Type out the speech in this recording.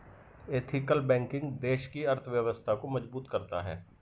ethical banking देश की अर्थव्यवस्था को मजबूत करता है